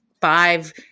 five